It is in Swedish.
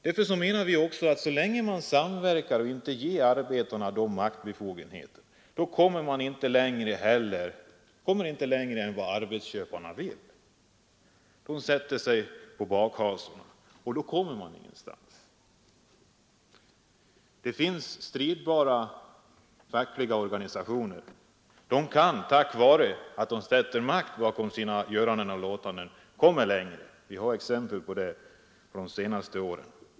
Därför menar vi också att så länge man samverkar och inte ger arbetarna de maktbefogenheter de bör ha kommer vi heller inte längre än vad arbetsköparna vill. Arbetsgivarna sätter sig då på bakhasorna och man kommer ingenstans. Men det finns en del stridbara fackorganisationer, som tack vare att de sätter makt bakom orden också kommer längre. Vi har exempel på det från de senaste åren.